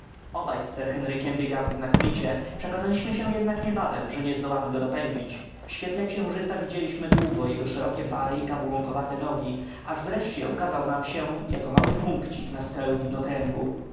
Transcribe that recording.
obaj z sir henrykiem biegamy znakomicie przekonaliśmy się jednak niebawem że nie zdołamy go dopędzić w świetle księżyca widzieliśmy długo jego szerokie bary i kabłąkowate nogi aż wreszcie ukazał nam się jako mały punkcik na skraju